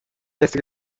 esser